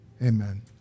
Amen